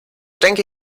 denke